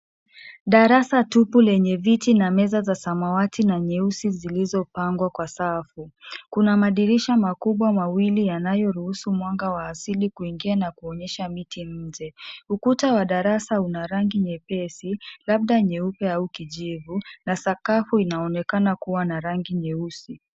Darasa tupu lenye viti na meza za samawati na nyeusi zilizopangwa kwa safu. Kuna madirisha makubwa mawili yanayoruhusu mwanga wa asili kuingia na kuonyesha miti nje. Ukuta wa darasa una rangi nyepesi, labda nyeupe au kijivu na sakafu inaonekana kuwa na rangi nyeusi.